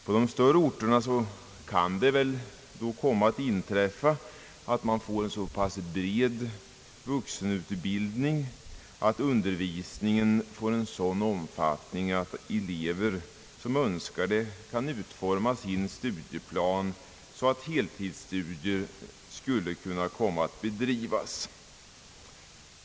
På de större orterna kan det nog komma att inträffa, att man får en så pass bred vuxenutbildning att elever som så önskar kan utforma sin studieplan så att heltidsstudier skulle kunna komma att bedrivas.